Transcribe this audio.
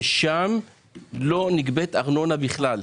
ושם לא נגבית ארנונה בכלל.